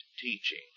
teaching